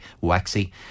waxy